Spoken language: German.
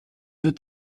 wird